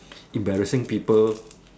embarrassing people